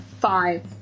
Five